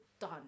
done